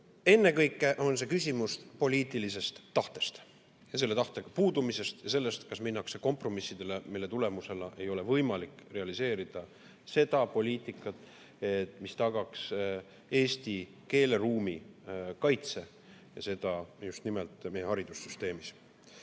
Ennekõike on see küsimus poliitilisest tahtest, selle tahte puudumisest ja sellest, kas minnakse kompromissile, mille tulemusena ei ole võimalik realiseerida seda poliitikat, mis tagaks eesti keeleruumi kaitse, seda just nimelt meie haridussüsteemis.